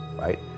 right